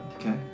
Okay